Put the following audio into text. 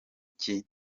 iki